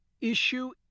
issue